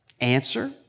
Answer